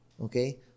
Okay